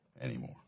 anymore